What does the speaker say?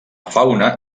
fauna